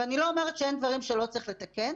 ואני לא אומרת שאין דברים שלא צריך לתקן.